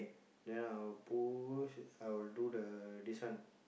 then I will push I will do the this one